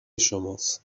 شماست